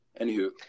Anywho